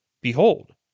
Behold